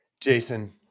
Jason